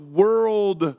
world